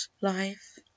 life